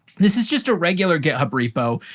this is just a regular github repo,